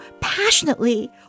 passionately